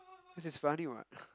this is funny what